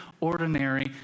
ordinary